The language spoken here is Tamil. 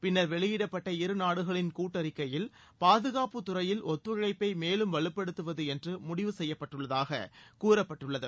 பின்னர் வெளியிடப்பட்ட இருநாடுகளின் கூட்டறிக்கையில் பாதுகாப்புத் துறையில் ஒத்தழைப்பை மேலும் வலுப்படுத்துவது என்று முடிவு செய்யப்பட்டுள்ளதாக கூறப்பட்டுள்ளது